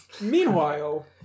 Meanwhile